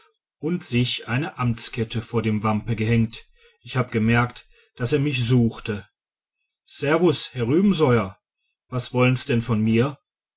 und sich eine amtskette vor den wampen gehängt ich hab gemerkt daß er mich suchte servus herr rubesoier was wollen's denn von mir